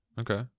Okay